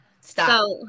stop